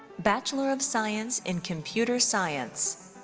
bachelor of science in computer science.